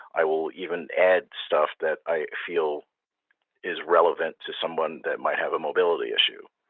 i will even add stuff that i feel is relevant to someone that might have a mobility issue.